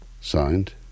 Signed